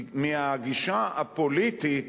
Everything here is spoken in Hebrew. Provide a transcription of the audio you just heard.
מהגישה הפוליטית